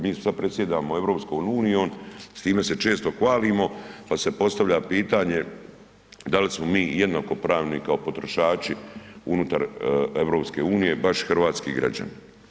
Mi sad predsjedamo EU, s time se često hvalimo pa se postavlja pitanje da li smo mi jednako pravni kao potrošači unutar EU, baš hrvatski građani.